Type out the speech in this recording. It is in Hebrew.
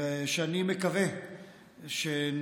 ואני מקווה שנצליח,